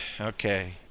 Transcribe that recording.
Okay